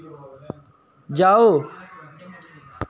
जाओ